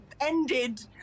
ended